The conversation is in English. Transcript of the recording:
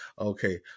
Okay